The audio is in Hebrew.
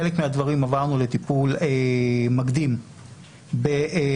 חלק מהדברים עברנו לטיפול מקדים באמצעים